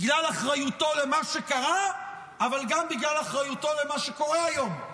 בגלל אחריותו למה שקרה אבל גם בגלל אחריותו למה שקורה היום.